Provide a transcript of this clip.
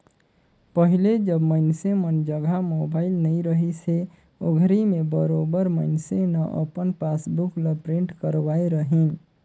पहिले जब मइनसे मन जघा मोबाईल नइ रहिस हे ओघरी में बरोबर मइनसे न अपन पासबुक ल प्रिंट करवाय रहीन